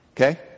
Okay